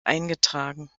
eingetragen